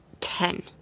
ten